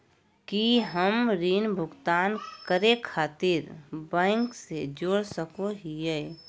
की हम ऋण भुगतान करे खातिर बैंक से जोड़ सको हियै?